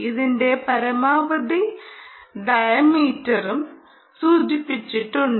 ഇതിന്റെ പരമാവധി ഡയമീറ്ററും സൂചിപ്പിച്ചിട്ടുണ്ട്